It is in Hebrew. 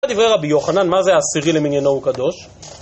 מה דברי רבי יוחנן? מה זה עשירי למניינו הוא קדוש?